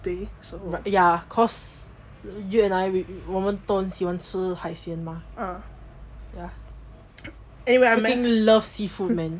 anyway